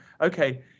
okay